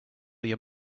your